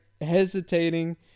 hesitating